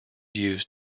used